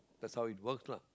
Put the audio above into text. that's how it works lah